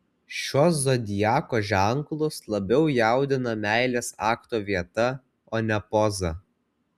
šiuos zodiako ženklus labiau jaudina meilės akto vieta o ne poza